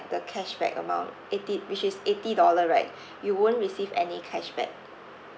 the cashback amount eighty which is eighty dollar right you won't receive any cashback